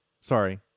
Sorry